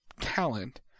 talent